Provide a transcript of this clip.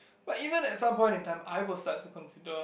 but even at some point in time I will start to consider